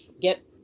get